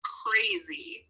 crazy